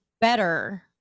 better